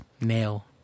nail